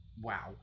wow